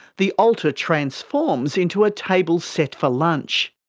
the altar transforms into a table set for lunch.